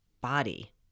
body